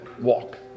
walk